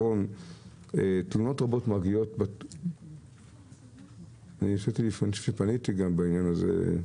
תלונות רבות מגיעות ואני פניתי בעניין הזה,